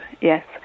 Yes